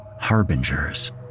harbingers